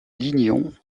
lignon